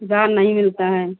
दाम नहीं मिलता है